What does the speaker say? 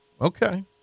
Okay